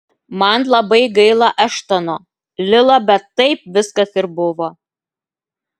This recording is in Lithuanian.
man labai gaila eštono lila bet taip viskas ir buvo